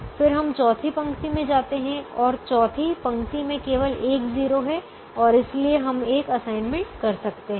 फिर हम चौथी पंक्ति में जाते हैं और चौथी पंक्ति में केवल एक 0 है और इसलिए हम एक असाइनमेंट कर सकते हैं